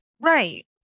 Right